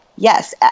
Yes